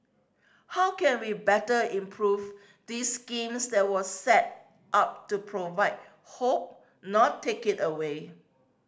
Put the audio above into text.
how can we better improve this scheme that was set up to provide hope not take it away